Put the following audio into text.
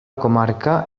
comarca